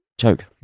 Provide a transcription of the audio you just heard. choke